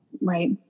right